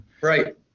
Right